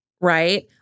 right